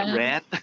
red